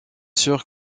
sûr